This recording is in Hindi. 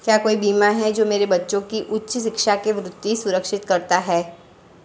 क्या कोई बीमा है जो मेरे बच्चों की उच्च शिक्षा के वित्त को सुरक्षित करता है?